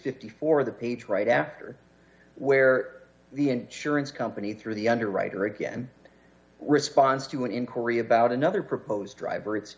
fifty four the page right after where the insurance company through the underwriter again response to an inquiry about another proposed driver it's